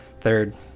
Third